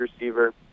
receiver